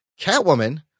Catwoman